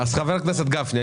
חבר הכנסת גפני,